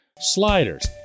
sliders